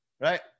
right